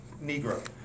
Negro